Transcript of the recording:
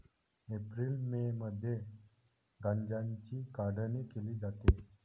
April May मध्ये गांजाची काढणी केली जाते